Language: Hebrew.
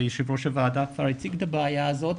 ויושב-ראש הוועדה כבר הציג את הבעיה הזאת,